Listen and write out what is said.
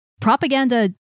Propaganda